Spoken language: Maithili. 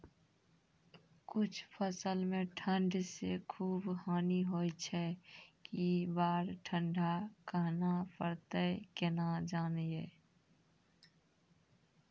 कुछ फसल मे ठंड से खूब हानि होय छैय ई बार ठंडा कहना परतै केना जानये?